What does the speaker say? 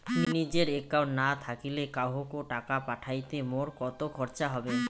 নিজের একাউন্ট না থাকিলে কাহকো টাকা পাঠাইতে মোর কতো খরচা হবে?